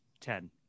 ten